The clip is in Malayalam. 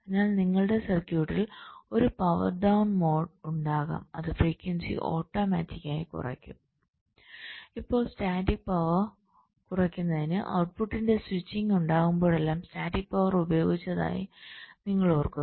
അതിനാൽ നിങ്ങളുടെ സർക്യൂട്ടിൽ ഒരു പവർ ഡൌൺ മോഡ് ഉണ്ടാകാം അത് ഫ്രിക്വൻസി ഓട്ടോമാറ്റിക്കായി കുറയ്ക്കും ഇപ്പോൾ സ്റ്റാറ്റിക് പവർ കുറയ്ക്കുന്നതിന് ഔട്ട്പുട്ടിന്റെ സ്വിച്ചിംഗ് ഉണ്ടാകുമ്പോഴെല്ലാം സ്റ്റാറ്റിക് പവർ ഉപയോഗിച്ചതായി നിങ്ങൾ ഓർക്കുന്നു